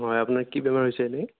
হয় আপোনাৰ কি বেমাৰ হৈছে এনেই